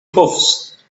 puffs